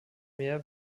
mehr